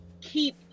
keep